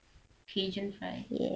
cajun fries